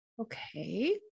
Okay